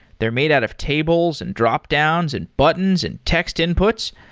they're made out of tables, and dropdowns, and buttons, and text inputs.